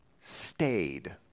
stayed